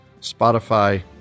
Spotify